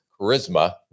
charisma